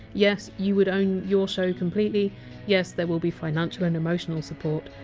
yes, you would own your show completely yes, there will be financial and emotional support.